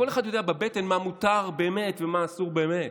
כל אחד יודע בבטן מה מותר באמת ומה אסור באמת.